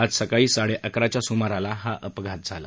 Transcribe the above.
आज सकाळी साडे आकराच्या सुमाराला हा अपघात झाला